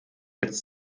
jetzt